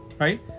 right